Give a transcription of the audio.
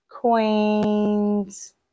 queens